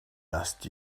last